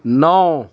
نو